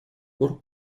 пор